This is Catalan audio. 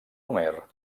homer